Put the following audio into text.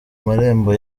marembo